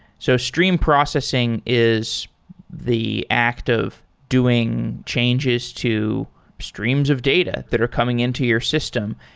so stream processing is the act of doing changes to streams of data that are coming into your system.